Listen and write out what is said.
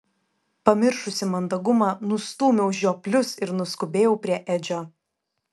pamiršusi mandagumą nustūmiau žioplius ir nuskubėjau prie edžio